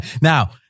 Now